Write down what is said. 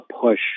push